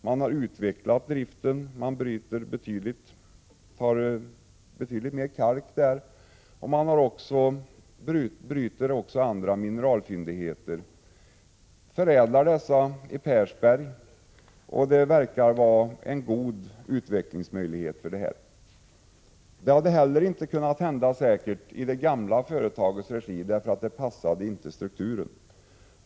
Man har utvecklat driften och bryter betydligt mer kalk. Man bryter också andra mineralfyndigheter och förädlar dessa i Persberg. Det hela verkar ha goda utvecklingsmöjligheter. Detta hade säkert heller inte kunnat hända i det gamla företagets regi, därför att det inte passade in i den strukturen.